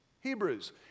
Hebrews